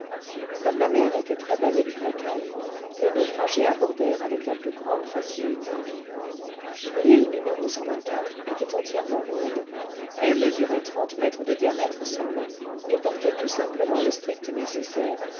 comme la mer était très belle et très calme les naufragés abordèrent avec la plus grande facilité l'île n était entièrement ronde elle mesurait trente mètres de diamètre seulement et portait tout simplement le strict nécessaire